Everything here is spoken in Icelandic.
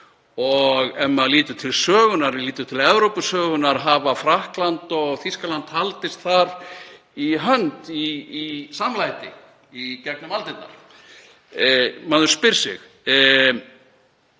Og ef maður lítur til sögunnar, ef við lítum til Evrópusögunnar, hafa Frakkland og Þýskaland haldist þar í hendur í samdrætti í gegnum aldirnar? Maður spyr sig.